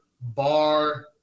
bar